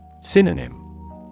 Synonym